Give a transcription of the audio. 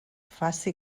faci